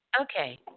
Okay